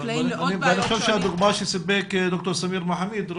אני חושב שהדוגמא שסיפק ד"ר סמיר מחמיד,